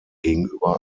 gegenüber